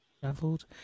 Traveled